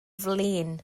flin